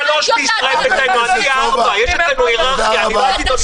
תודה רבה.